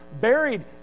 buried